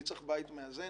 מי צריך בית מאזן,